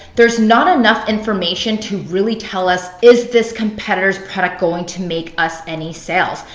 there's not enough information to really tell us, is this competitors product going to make us any sales?